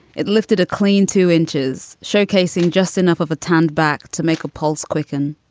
it lifted a clean two inches, showcasing just enough of a tanned back to make a pulse quicken.